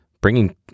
bringing